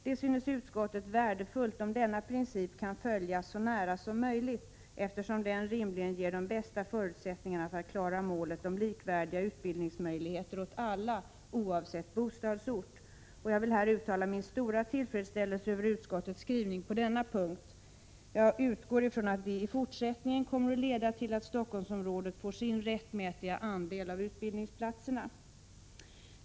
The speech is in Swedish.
Det synes utskottet värdefullt om denna princip kan följas så nära som möjligt, eftersom den rimligen ger de bästa förutsättningarna för att klara målet om likvärdiga utbildningsmöjligheter åt alla, oavsett bostadsort.” Här vill jag uttala min stora tillfredsställelse över utskottets skrivning. Jag utgår från att den i fortsättningen kommer att leda till att Stockholmsområdet får sin rättmätiga andel av utbildningsplatserna.